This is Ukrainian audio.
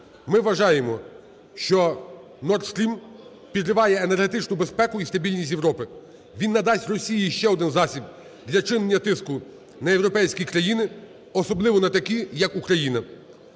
"Ми вважаємо, що "Nord Stream" підриває енергетичну безпеку і стабільність Європі. Він надасть Росії ще один засіб для чинення тиску на європейські країни, особливо на такі, як Україна.